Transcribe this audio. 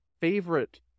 favorite